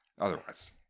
otherwise